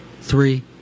three